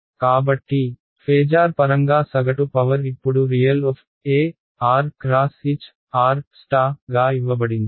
కాబట్టి ఫేజార్ పరంగా సగటు పవర్ ఇప్పుడు ReE x H గా ఇవ్వబడింది